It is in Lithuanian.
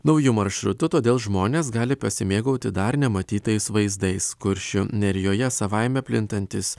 nauju maršrutu todėl žmonės gali pasimėgauti dar nematytais vaizdais kuršių nerijoje savaime plintantys